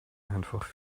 einfach